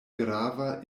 grava